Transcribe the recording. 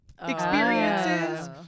experiences